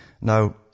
Now